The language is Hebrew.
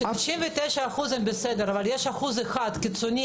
גם אם 99% הם בסדר אבל יש אחוז אחד קיצוני